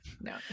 no